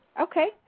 Okay